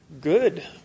good